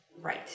Right